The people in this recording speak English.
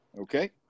okay